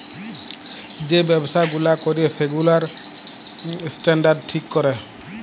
যে ব্যবসা গুলা ক্যরে সেগুলার স্ট্যান্ডার্ড ঠিক ক্যরে